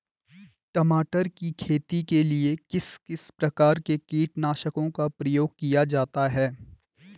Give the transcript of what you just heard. टमाटर की खेती के लिए किस किस प्रकार के कीटनाशकों का प्रयोग किया जाता है?